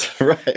Right